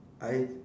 I